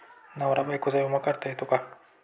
नवरा बायकोचा विमा काढता येतो का?